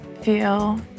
feel